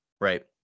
right